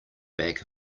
back